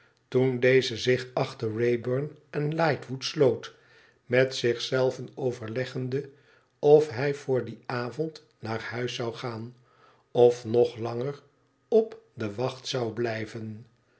toen deze zich achter wrayburn en lightwood sloot met zich zelven overleggende of hij voor dien avond naar huis zou gaan of nog langer op de wacht zou blijven